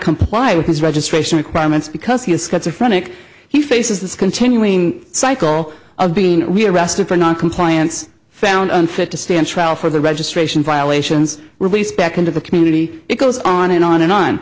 comply with his registration requirements because he is scott's a frantic he faces this continuing cycle of being arrested for noncompliance found unfit to stand trial for the registration violations released back into the community it goes on and on and on